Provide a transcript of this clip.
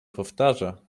powtarza